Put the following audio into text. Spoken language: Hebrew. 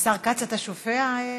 השר כץ, אתה שופע מחמאות